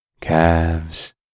calves